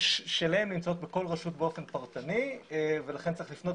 שלהם נמצאים בכל רשות באופן פרטני ולכן צריך לפנות